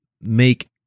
make